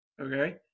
okay